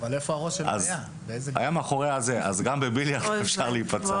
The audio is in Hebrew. אז גם בביליארד אפשר להיפצע.